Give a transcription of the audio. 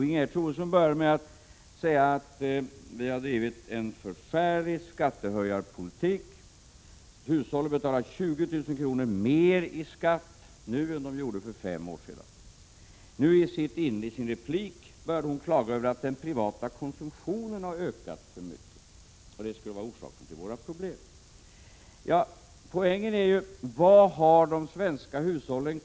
Ingegerd Troedsson började med att säga att vi har bedrivit en förfärlig skattehöjarpolitik. Hushållen betalar 20 000 kr. mer i skatt nu än de gjorde för fem år sedan. I sin replik började hon klaga över att den privata konsumtionen har ökat för mycket och menade att det skulle vara orsaken till våra problem.